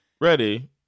ready